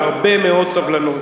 הרבה מאוד סבלנות.